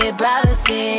privacy